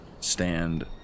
stand